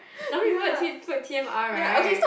some people actually put T M R right